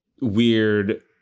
weird